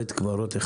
בית קברות.